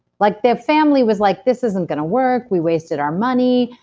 like the family was like, this isn't gonna work, we wasted our money.